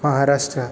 Maharashtra